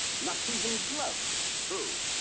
not even gloves! true.